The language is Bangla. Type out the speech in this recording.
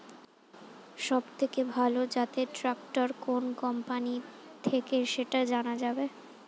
সবথেকে ভালো জাতের ট্রাক্টর কোন কোম্পানি থেকে সেটা জানা যাবে?